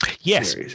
Yes